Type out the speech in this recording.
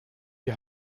die